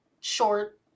short